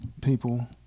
people